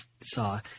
saw